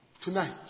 Tonight